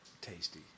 tasty